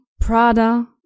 Prada